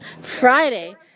Friday